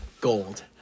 gold